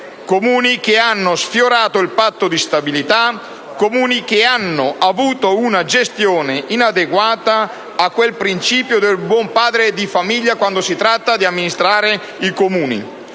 Comuni che hanno sforato il Patto di stabilità, Comuni che hanno avuto una gestione inadeguata a quel principio del buon padre di famiglia da applicare quando si tratta di amministrare i Comuni.